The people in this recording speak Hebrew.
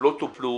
לא טופלו